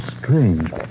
strange